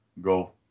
go